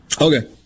Okay